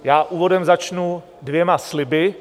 Já úvodem začnu dvěma sliby.